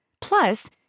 Plus